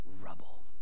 rubble